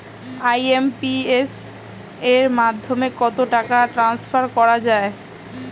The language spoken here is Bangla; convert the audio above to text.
আই.এম.পি.এস এর মাধ্যমে কত টাকা ট্রান্সফার করা যায়?